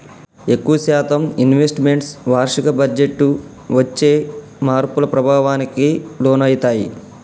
ఎక్కువ శాతం investments వార్షిక బడ్జెట్టు వచ్చే మార్పుల ప్రభావానికి లోనయితయ్యి